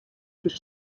fish